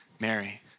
Mary